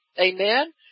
Amen